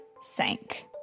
sank